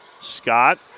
Scott